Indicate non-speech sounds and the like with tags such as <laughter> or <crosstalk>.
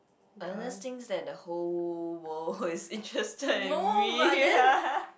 Ernest thinks that the whole world is interested in me <laughs>